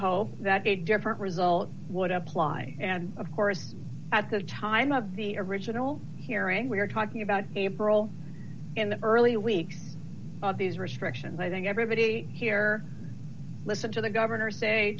hope that a different result would apply and of course at the time of the original hearing we're talking about april in the early weeks of these restrictions i think everybody here listen to the governor say